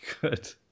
good